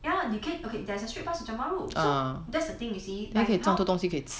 ya 你可以 okay there's a straight bus to tiong bahru so that's the thing you see like how